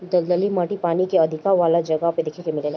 दलदली माटी पानी के अधिका वाला जगह पे देखे के मिलेला